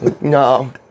No